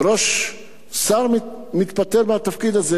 שר מתפטר מהתפקיד הזה,